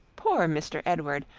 poor mr. edward!